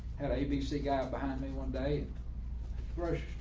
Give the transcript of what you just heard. had abc guy behind me one day rush.